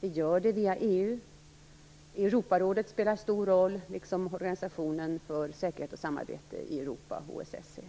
samt via EU. Europarådet spelar en stor roll liksom organisationen för säkerhet och samarbete i Europa, OSSE.